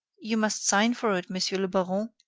you must sign for it, monsieur le baron.